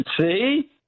See